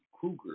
Cougar